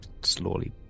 slowly